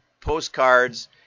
postcards